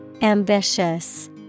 Ambitious